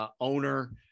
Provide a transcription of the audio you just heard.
owner